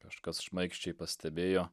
kažkas šmaikščiai pastebėjo